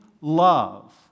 love